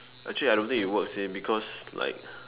actually I don't think it works leh because like